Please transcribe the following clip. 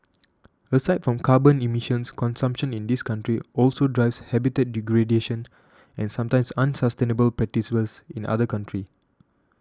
aside from carbon emissions consumption in these countries also drives habitat degradation and sometimes unsustainable practices in other countries